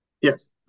Yes